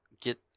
get